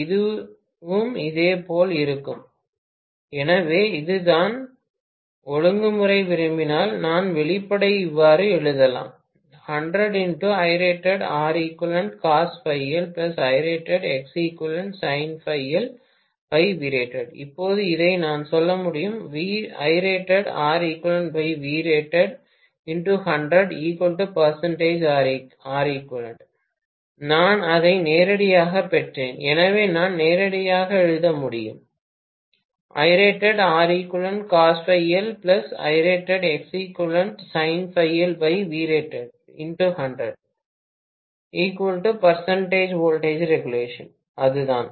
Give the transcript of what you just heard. இதுவும் இதேபோல் இருக்கும் எனவே இப்போது நான் ஒழுங்குமுறை விரும்பினால் நான் வெளிப்பாட்டை இவ்வாறு எழுதலாம் இப்போது இதை நான் சொல்ல முடியும் நான் அதை நேரடியாகப் பெற்றேன் எனவே நான் நேரடியாக எழுத முடியும் அது தான்